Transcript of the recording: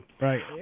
Right